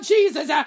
Jesus